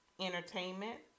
Entertainment